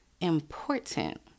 important